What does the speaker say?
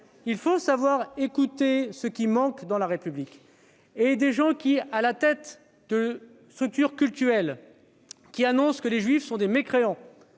il faut savoir écouter ce qui manque dans la République. Lorsque des personnes qui sont à la tête de structures cultuelles affirment que les juifs sont des mécréants,